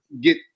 get